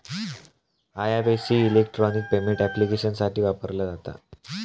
IFSC electronic payment ऍप्लिकेशन्ससाठी वापरला जाता